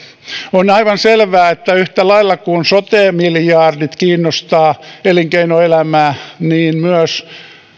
on aivan selvää että yhtä lailla kuin sote miljardit kiinnostavat elinkeinoelämää myös